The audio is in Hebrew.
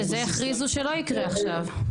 שזה הכריזו שלא יקרה עכשיו.